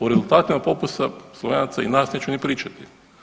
O rezultatima popisa Slovenaca i nas neću ni pričati.